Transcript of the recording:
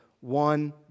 one